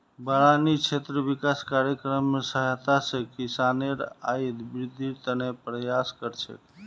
बारानी क्षेत्र विकास कार्यक्रमेर सहायता स किसानेर आइत वृद्धिर त न प्रयास कर छेक